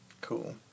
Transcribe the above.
Cool